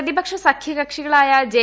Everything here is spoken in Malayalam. പ്രതിപക്ഷ സഖ്യ കക്ഷികളായ ജെ